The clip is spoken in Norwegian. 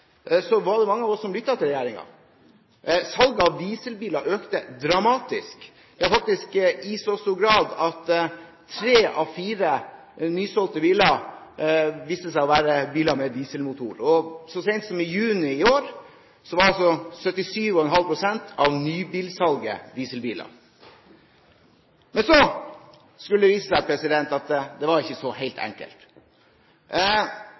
var det mange av oss som lyttet til regjeringen. Salget av dieselbiler økte dramatisk – ja faktisk i så stor grad at tre av fire nysolgte biler viste seg å være biler med dieselmotor. Så sent som i juni i år var 77,5 pst. av nybilsalget dieselbiler. Men så skulle det vise seg at det var ikke så helt